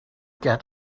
get